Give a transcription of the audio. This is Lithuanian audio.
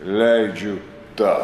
leidžiu tau